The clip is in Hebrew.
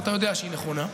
ואתה יודע שהיא נכונה.